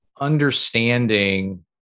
understanding